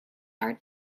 are